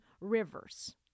Rivers